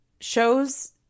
shows